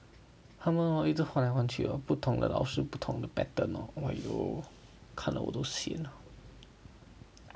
他们一直换来换去 lor 不同的老师不同的 pattern lor !aiyo! 看了我都 sian